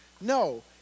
No